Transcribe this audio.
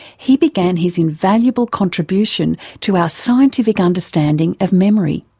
he began his invaluable contribution to our scientific understanding of memory.